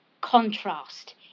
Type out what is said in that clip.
Contrast